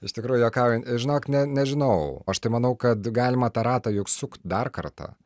iš tikrųjų juokauju žinok ne nežinau aš tai manau kad galima tą ratą juk sukt dar kartą